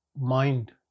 mind